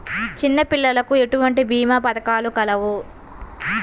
చిన్నపిల్లలకు ఎటువంటి భీమా పథకాలు కలవు?